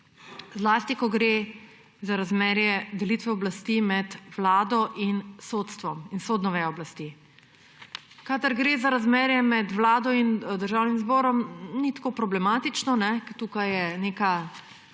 zlasti ko gre za razmerje delitve oblasti med Vlado in sodstvom, sodno vejo oblasti. Kadar gre za razmerje med Vlado in Državnim zborom, ni tako problematično, ker tukaj je neka